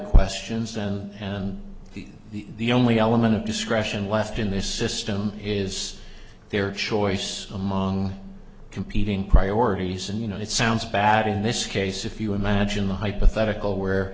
questions and and the only element of discretion left in this system is their choice among competing priorities and you know it sounds bad in this case if you imagine the hypothetical where